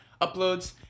uploads